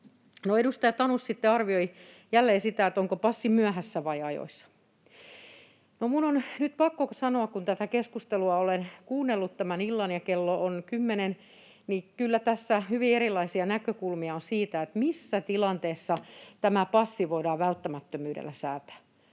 Edustaja Tanus arvioi jälleen sitä, onko passi myöhässä vai ajoissa. No, minun on nyt pakko sanoa, että kun tätä keskustelua olen kuunnellut tämän illan ja kello on kymmenen, niin kyllä tässä hyvin erilaisia näkökulmia on siitä, missä tilanteessa tämä passi voidaan välttämättömyydellä säätää.